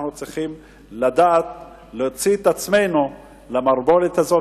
אנחנו צריכים לדעת להוציא את עצמנו מהמערבולת הזאת